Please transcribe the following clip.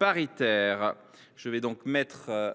paritaire. Mes chers